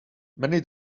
many